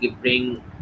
bring